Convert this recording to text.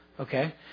Okay